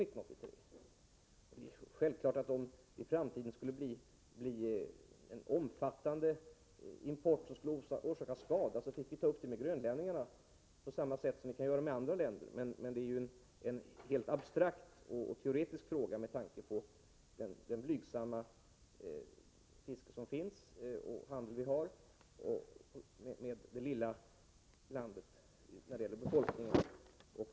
Det är självklart att om det i framtiden skulle bli en omfattande import, som skulle orsaka skada, fick vi ta upp det med grönlänningarna, på samma sätt som vi kan göra med andra länder. Men det är ju en helt abstrakt och teoretisk fråga, med tanke på den blygsamma handel vi har med Grönland, som är ett litet land om man ser till befolkningen.